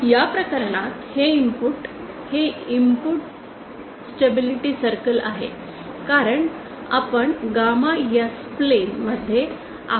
या प्रकरणात हे इनपुट हे इनपुट स्टेबिलिटी सर्कल आहे कारण आणि आपण गामा S प्लेन मध्ये आहोत